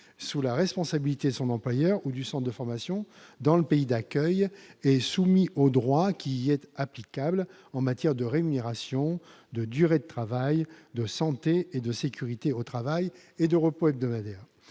sous la responsabilité de son employeur ou du centre de formation dans le pays d'accueil et soumis au droit qui y est applicable en matière de rémunération, de durée du travail, de santé et de sécurité au travail, et de repos hebdomadaire.